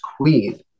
Queen